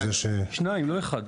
שניים, לא אחד.